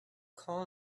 call